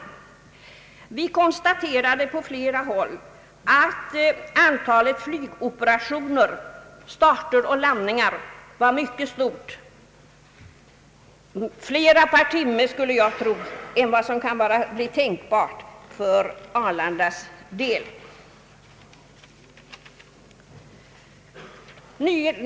På flera håll konstaterade vi att antalet flygoperationer, starter och landningar, var mycket stort — jag skulle tro flera per timme än vad som kunde bli tänkbart för Arlandas del.